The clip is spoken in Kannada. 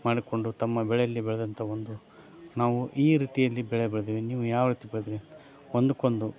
ಮಾಡಿಕೊಂಡು ತಮ್ಮ ಬೆಳೆಯಲ್ಲಿ ಬೆಳೆದಂಥ ಒಂದು ನಾವು ಈ ರೀತಿಯಲ್ಲಿ ಬೆಳೆ ಬೆಳ್ದಿದೀವಿ ನೀವು ಯಾವ ರೀತಿ ಬೆಳ್ದಿದೀರಿ ಒಂದಕ್ಕೊಂದು